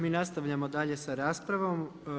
Mi nastavljamo dalje sa raspravom.